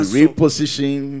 reposition